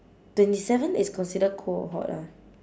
twenty seven is considered cold or hot ah